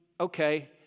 okay